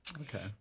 Okay